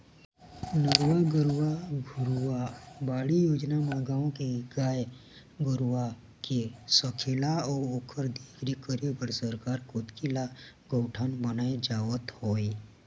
नरूवा, गरूवा, घुरूवा, बाड़ी योजना म गाँव के गाय गरूवा के सकेला अउ ओखर देखरेख करे बर सरकार कोती ले गौठान बनाए जावत हवय